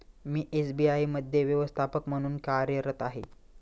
मी SBI मध्ये व्यवस्थापक म्हणून कार्यरत आहे